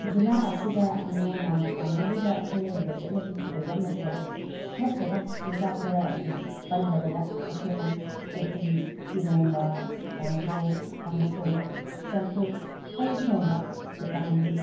ꯖꯤꯂꯥ ꯑꯁꯤꯗ ꯃꯤꯌꯥꯝꯅ ꯄꯥꯝꯅꯔꯤꯕ ꯈꯪꯅꯔꯤꯕ ꯆꯠꯅꯕꯤꯒꯤ ꯑꯣꯏꯕ ꯃꯊꯦꯜ ꯅꯠꯇ꯭ꯔꯒ ꯆꯤꯟꯖꯥꯛ ꯈꯔ ꯑꯗꯨ ꯄꯜꯂꯕꯗ ꯑꯈꯣꯏꯅ ꯎꯇꯤ ꯏꯔꯣꯝꯕ ꯀꯥꯡꯒꯧ ꯀꯥꯡꯁꯣꯏ ꯆꯝꯐꯨꯠ ꯍꯩ ꯊꯣꯡꯕ ꯁꯨꯇꯥꯅꯤ